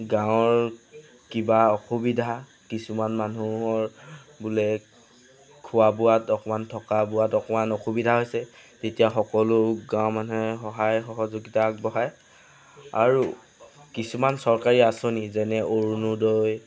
গাঁৱৰ কিবা অসুবিধা কিছুমান মানুহৰ বোলে খোৱা বোৱাত অকণমান থকা বোৱাত অকণমান অসুবিধা হৈছে তেতিয়া সকলো গাঁৱৰ মানুহে সহায় সহযোগিতা আগবঢ়ায় আৰু কিছুমান চৰকাৰী আঁচনি যেনে অৰুনোদয়